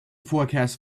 forecast